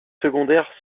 secondaires